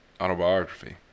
autobiography